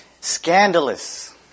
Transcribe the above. scandalous